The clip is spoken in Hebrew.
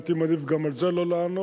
הייתי מעדיף גם על זה לא לענות